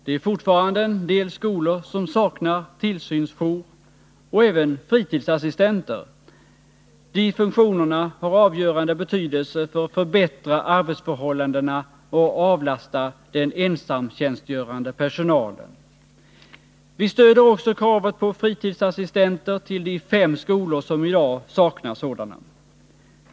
Det är fortfarande en del skolor som saknar tillsynsjour och fritidsassistenter. De funktionerna har avgörande betydelse för att förbättra arbetsförhållandena och avlasta den ensamtjänstgörande personalen. Vi stöder också kravet på fritidsassistenter till de fem skolor som i dag saknar sådana.